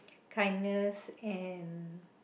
kindness and